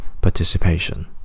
participation